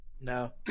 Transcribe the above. No